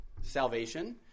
salvation